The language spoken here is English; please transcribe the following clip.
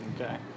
Okay